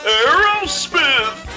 Aerosmith